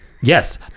yes